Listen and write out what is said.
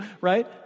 right